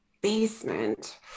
basement